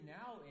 now